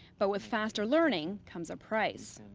but with faster learning comes a price.